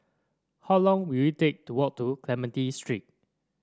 how long will it take to walk to Clementi Street